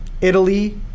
Italy